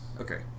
Okay